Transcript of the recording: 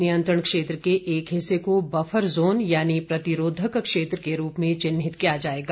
नियंत्रण क्षेत्र के एक हिस्से को बफर जोन यानी प्रतिरोधक क्षेत्र के रूप में चिन्हित किया जाएगा